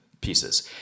pieces